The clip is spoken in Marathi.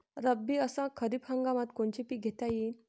रब्बी अस खरीप हंगामात कोनचे पिकं घेता येईन?